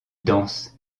danse